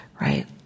right